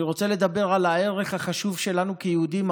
אני רוצה לדבר על הערך החשוב שלנו כיהודים,